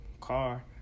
car